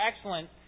excellent